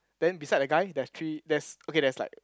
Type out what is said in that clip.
then beside the guy there's three there's okay there's like